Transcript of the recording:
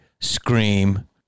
scream